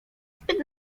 zbyt